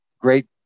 great